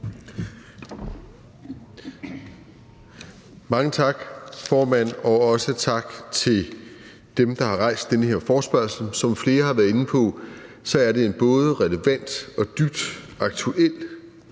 Mange tak, formand, og også tak til dem, der har rejst den her forespørgsel. Som flere har været inde på, er det en både relevant og dybt aktuel